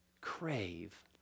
crave